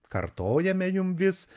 kartojame jum vis